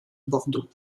bordeaux